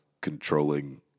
controlling